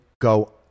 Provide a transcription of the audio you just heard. go